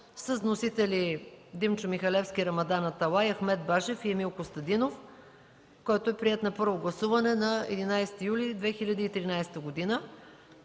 Вносители – Димчо Михалевски, Рамадан Аталай, Ахмед Башев и Емил Костадинов, който е приет на първо гласуване на 11 юли 2013 г.